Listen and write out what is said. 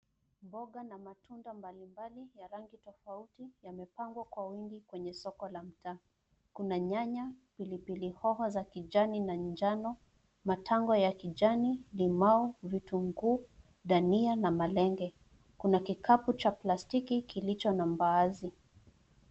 Mboga na matunda mbali mbali ya rangi tofauti yamepangwa kwa wingi kwenye soko la mtaa. Kuna nyanya, pilipili hoho za kijani na njano, matango ya kijani, limau, vitunguu, dania na malenge. Kuna kikapu cha plastiki kilicho na mbaazi.